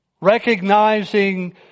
Recognizing